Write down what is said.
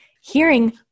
hearing